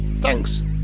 thanks